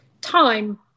Time